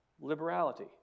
liberality